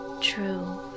true